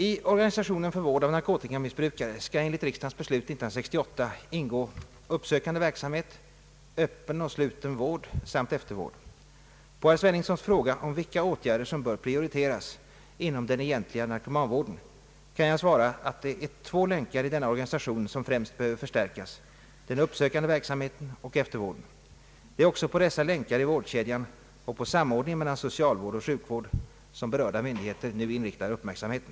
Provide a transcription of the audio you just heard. I organisationen för vård av narkotikamissbrukare skall enligt riksdagens beslut 1968 ingå uppsökande verksamhet, öppen och sluten vård samt eftervård. På herr Sveningssons fråga om vilka åtgärder som bör prioriteras inom den egentliga narkomanvården kan jag svara att det är två länkar i denna organisation som främst behöver förstärkas, den uppsökande verksamheten och eftervården. Det är också på dessa länkar i vårdkedjan och på samordningen mellan socialvård och sjukvård som berörda myndigheter nu inriktar uppmärksamheten.